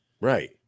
Right